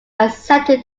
accepted